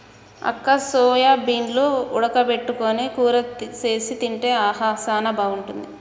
అక్క సోయాబీన్లు ఉడక పెట్టుకొని కూర సేసి తింటే ఆహా సానా బాగుంటుంది